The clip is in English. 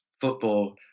Football